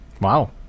Wow